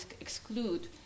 exclude